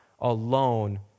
alone